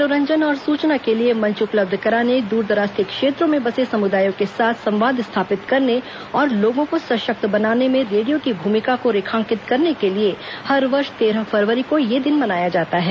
मनोरंजन और सुचना के लिए मंच उपलब्ध कराने दूरदराज के क्षेत्रों में बसे समुदायों के साथ संवाद स्थापित करने और लोगों को सशक्त बनाने में रेडियो की भूमिका को रेखांकित करने के लिए हर वर्ष तेरह फरवरी को यह दिन मनाया जाता है